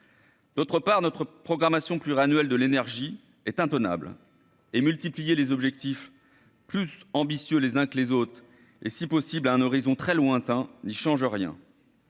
D'autre part, notre programmation pluriannuelle de l'énergie est intenable et multiplier les objectifs plus ambitieux les uns que les autres, et si possible à un horizon très lointain n'y change rien.